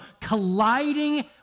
colliding